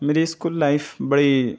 میری school life بڑی